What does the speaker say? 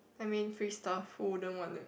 I mean free stuff who wouldn't want it